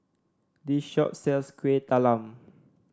this shop sells Kuih Talam